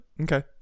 okay